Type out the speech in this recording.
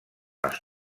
els